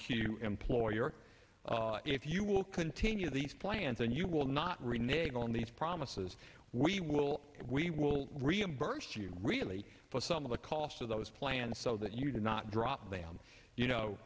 q employer if you will continue these plans then you will not renege on these promises we will we will reimburse you really for some of the cost of those plans so that you did not drop them you know